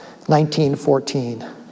1914